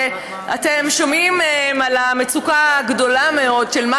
ואתם שומעים על המצוקה הגדולה מאוד של מה